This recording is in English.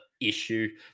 issue